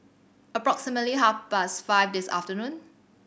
approximately half past five this afternoon